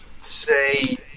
say